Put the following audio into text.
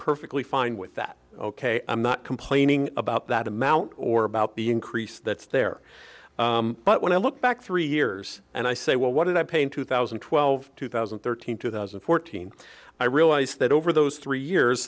perfectly fine with that ok i'm not complaining about that amount or about the increase that's there but when i look back three years and i say well what did i paying two thousand and twelve two thousand and thirteen two thousand and fourteen i realize that over those three years